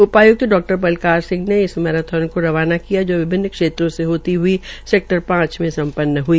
उपायुक्त डा बलबीर सिंह ने इस मेराथन को रवाना किया जो विभिन्न क्षेत्रों से होती हई सेक्टर पांच में संपनन हई